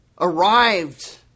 arrived